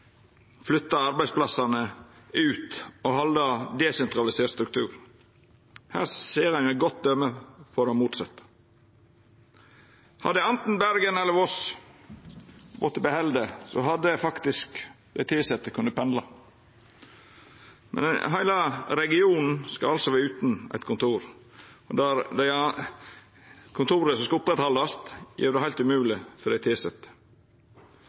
flytta arbeidsplassane ut og ha ein desentralisert struktur. Her ser ein eit godt døme på det motsette. Om anten Bergen eller Voss hadde vorte behalde, kunne dei tilsette faktisk ha pendla. Heile regionen skal altså vera utan eit kontor. Med dei kontora som skal oppretthaldast, gjer ein det heilt umogleg for dei tilsette.